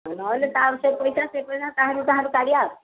ନହେଲେ ତ ଆଉ ସେ ପଇସା ସେ ପଇସା ତାହାଲେ ତାହାଲେ କାଢ଼ିବା ଆଉ